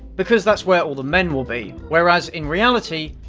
because that's where all the men will be. whereas, in reality,